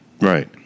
Right